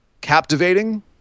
captivating